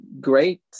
great